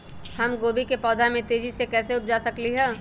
हम गोभी के पौधा तेजी से कैसे उपजा सकली ह?